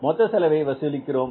முதலில் மொத்த செலவை வசூலிக்கிறோம்